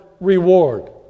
reward